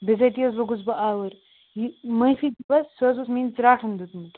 بِزٲتی حظ لوٚگُس بہٕ آوُر یہِ معٲفی دِیِو حظ سُہ حظ اوس میٛٲنۍ ژاٹھَن دیُتمُت